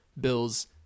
Bills